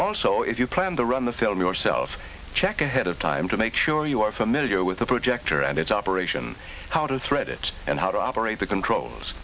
also if you plan to run the film yourself check ahead of time to make sure you are familiar with the projector and its operation how to thread it and how to operate the controls